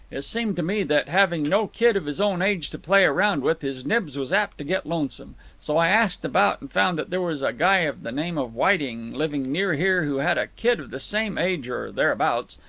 it seemed to me that, having no kid of his own age to play around with, his nibs was apt to get lonesome, so i asked about and found that there was a guy of the name of whiting living near here who had a kid of the same age or thereabouts.